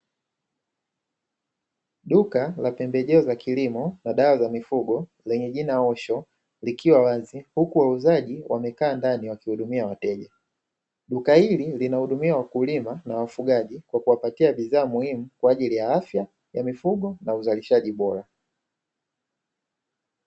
Duka la pembe jeo za kilimo na dawa za mifugo lenye jina "osho", likiwa wazi huku wauzaji wamekaa ndani wakiwahudumia wateja. Duka hili linawahudumia wakulima na wafugaji kwa kuwapatia bidhaa muhimu kwa ajili ya afya na mifugo na uzalishaji bora.